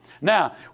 Now